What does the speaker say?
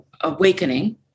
awakening